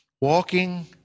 Walking